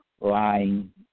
lying